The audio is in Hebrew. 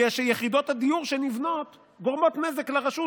בגלל שיחידות הדיור שנבנות גורמות נזק לרשות.